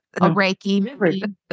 reiki